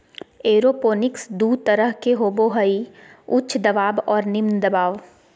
aeroponics दू तरह के होबो हइ उच्च दबाव और निम्न दबाव